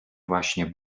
właśnie